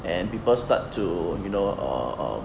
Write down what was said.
and people start to you know err err